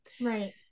right